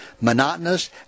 monotonous